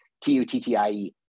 T-U-T-T-I-E